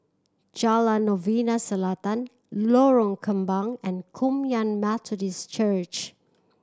Jalan Novena Selatan Lorong Kembang and Kum Yan Methodist Church